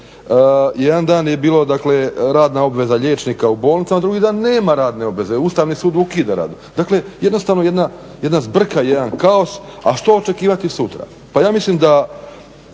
Jedan dan je bilo, dakle radna obveza liječnika u bolnicama, drugi dan nema radne obveze, Ustavni sud ukida rad, dakle jednostavno jedan zbrka, jedan kaos a što očekivati sutra?